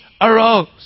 arose